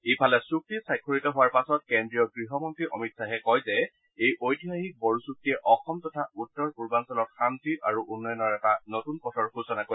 ইফালে চুক্তি স্বাক্ষৰিত হোৱাৰ পাছত কেন্দ্ৰীয় গৃহমন্ত্ৰী অমিত শ্বাহে কয় যে এই ঐতিহাসিক বড়ো চুক্তিয়ে অসম তথা উত্তৰ পূৰ্বাঞ্চলত শান্তি আৰু উন্নয়নৰ এটা নতুন পথৰ সূচনা কৰিব